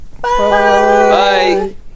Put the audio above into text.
Bye